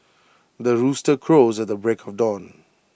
the rooster crows at the break of dawn